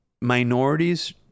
minorities